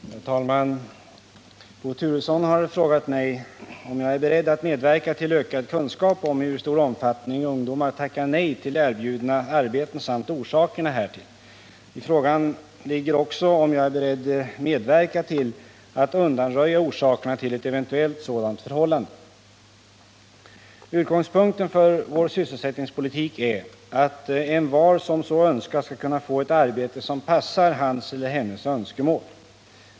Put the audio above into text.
Herr talman! Bo Turesson har frågat mig om jag är beredd att medverka till ökad kunskap om i hur stor omfattning ungdomar tackar nej till erbjudna arbeten samt orsakerna härtill. I frågan ligger också om jag är beredd att medverka till att undanröja orsakerna till ett eventuellt sådant förhållande. Utgångspunkten för vår sysselsättningspolitik är att envar som så önskar skall kunna få ett arbete som passar hans eller hennes önskemål.